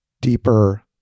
deeper